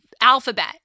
alphabet